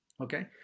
okay